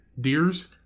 Deers